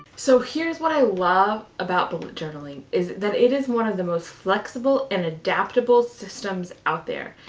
so here's what i love about bullet journaling, is that it is one of the most flexible and adaptable systems out there.